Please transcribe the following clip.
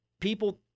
people